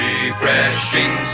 Refreshing